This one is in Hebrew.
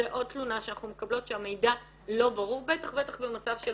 זו עוד תלונה שאנחנו מקבלות שהמידע לא ברור בטח ובטח במצב של